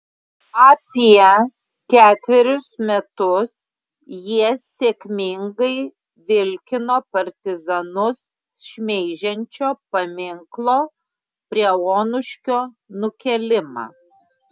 apie ketverius metus jie sėkmingai vilkino partizanus šmeižiančio paminklo prie onuškio nukėlimą